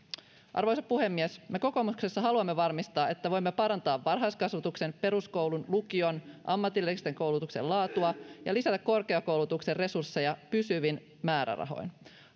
arvoisa puhemies me kokoomuksessa haluamme varmistaa että voimme parantaa varhaiskasvatuksen peruskoulun lukion ja ammatillisen koulutuksen laatua ja lisätä korkeakoulutuksen resursseja pysyvin määrärahoin